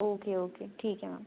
okay okay ठीक है ma'am